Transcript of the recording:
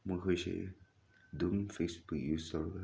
ꯃꯈꯣꯏꯁꯦ ꯑꯗꯨꯝ Facebook use ꯇꯧꯔꯒ